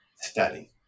study